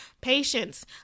patience